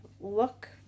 look